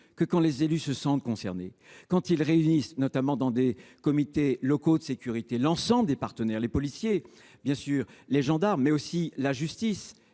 lorsque les élus se sentent concernés, quand ils réunissent, notamment au sein de comités locaux de sécurité, l’ensemble des partenaires, les policiers, bien sûr, les gendarmes, mais aussi la justice